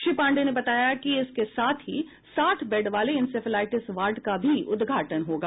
श्री पांडेय ने बताया कि इसके साथ ही साठ बेड वाले इंसेफ्लाइटिस वार्ड का भी उद्घाटन होगा